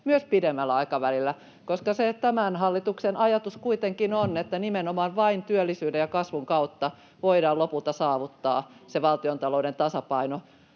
myös pidemmällä aikavälillä, koska se tämän hallituksen ajatus kuitenkin on, että nimenomaan vain työllisyyden ja kasvun kautta voidaan lopulta saavuttaa se valtiontalouden tasapaino.